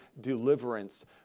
deliverance